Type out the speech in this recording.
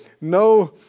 No